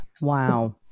Wow